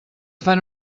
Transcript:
fan